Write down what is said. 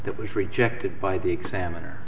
that was rejected by the examiner